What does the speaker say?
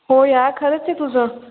हो यार खरंच आहे तुझं